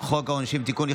(תיקון,